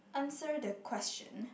answer the question